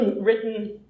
written